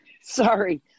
sorry